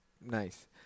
Nice